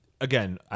Again